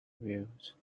wheels